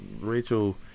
Rachel